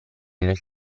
nel